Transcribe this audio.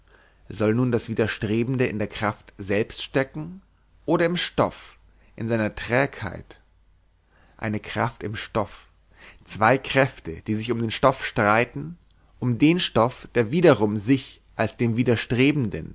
soll nun das widerstrebende in der kraft selbst stecken oder im stoff in seiner trägheit eine kraft im stoff zwei kräfte die sich um den stoff streiten um den stoff der wiederum sich als dem widerstrebenden